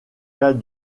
cas